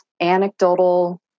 anecdotal